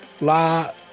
La